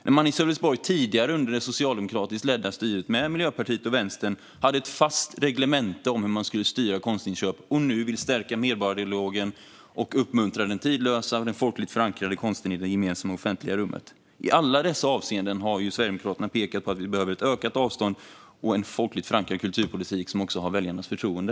Under det tidigare socialdemokratiskt ledda styret i Sölvesborg hade man tillsammans med Miljöpartiet och Vänstern ett fast reglemente för hur man skulle styra konstinköp. Nu vill man stärka medborgardialogen och uppmuntra den tidlösa och folkligt förankrade konsten i det gemensamma offentliga rummet. I alla dessa avseenden har Sverigedemokraterna pekat på att vi behöver ett ökat avstånd och en folkligt förankrad kulturpolitik som också har väljarnas förtroende.